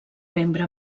membre